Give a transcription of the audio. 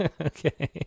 Okay